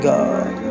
God